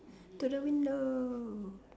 to the window